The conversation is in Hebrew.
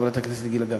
חברת הכנסת גילה גמליאל.